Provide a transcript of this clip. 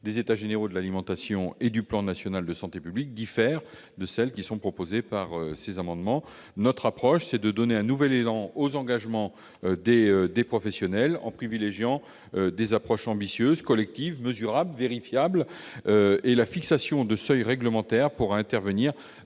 des États généraux de l'alimentation et du plan national de santé publique diffèrent de celles qui sont ici proposées. Nous souhaitons donner un nouvel élan aux engagements des professionnels en privilégiant des approches ambitieuses mesurables et vérifiables. La fixation de seuils réglementaires interviendra